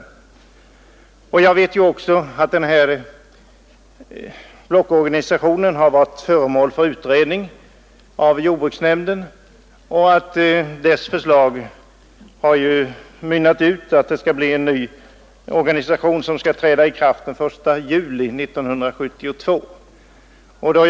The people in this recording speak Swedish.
Vi vet också att blockorganisationen har varit föremål för utredning av jordbruksnämnden och att dess förslag innebär att en ny organisation skall träda i funktion den 1 juli 1972.